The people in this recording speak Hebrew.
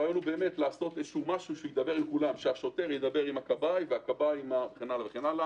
הרעיון הוא לעשות משהו שידבר עם כולם השוטר ידבר עם הכבאי וכן הלאה.